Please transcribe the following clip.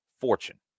Fortune